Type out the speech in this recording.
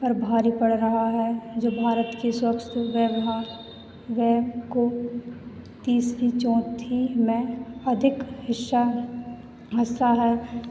पर भारी पड़ रहा है जो भारत के स्वस्थ व्यवहार वय को तीसरी चौथी मैं अधिक हिस्सा हिस्सा है